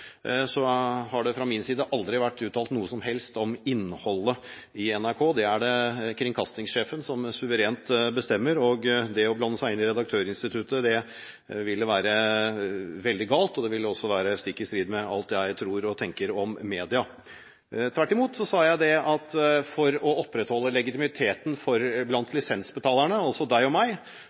aldri vært uttalt noe som helst om innholdet i NRK. Det er det kringkastingssjefen som suverent bestemmer, og å blande seg inn i redaktørinstituttet ville være veldig galt og stikk i strid med alt jeg tror og tenker om media. Tvert imot sa jeg at for å opprettholde legitimiteten blant lisensbetalerne – altså deg og meg